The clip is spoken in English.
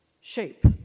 Shape